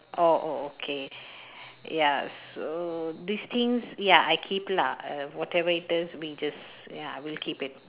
oh oh okay ya so these things ya I keep lah err whatever it is we just ya we'll keep it